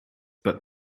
but